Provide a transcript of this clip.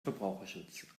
verbraucherschutz